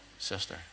sister